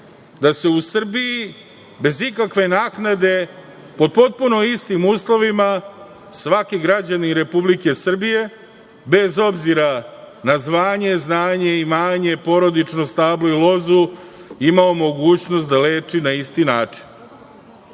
da se u Srbiji bez ikakve naknade, pod potpuno istim uslovima svaki građanin Republike Srbije, bez obzira na zvanje, znanje, imanje, porodično stablo i lozu imao mogućnost da leči na isti način.